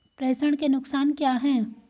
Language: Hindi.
प्रेषण के नुकसान क्या हैं?